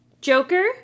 Joker